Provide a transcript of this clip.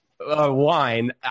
wine